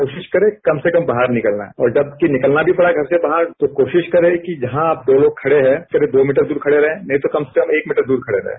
कोशिश करें कम से कम बाहर निकलना है और जबकि निकलना भी पढ़ा घर से बाहर तो कोशिश करें कि जहां आप दो लोग खड़े हैं करीब दो मीटर दूर खड़े रहें नहीं तो कम से कम एक मीटर दूर खड़े रहें